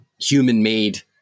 human-made